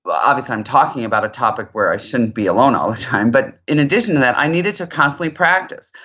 but obviously i'm talking about a topic where i shouldn't be alone all the time but in addition to that, i needed to constantly practice.